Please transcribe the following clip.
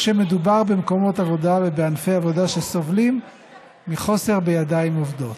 כשמדובר במקומות עבודה ובענפי עבודה שסובלים מחוסר בידיים עובדות.